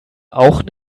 auch